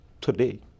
today